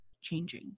changing